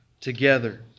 together